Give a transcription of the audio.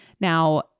Now